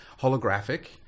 holographic